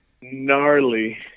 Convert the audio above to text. Gnarly